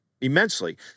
immensely